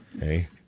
Hey